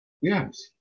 Yes